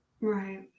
Right